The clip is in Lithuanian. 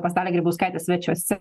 pas dalią grybauskaitę svečiuose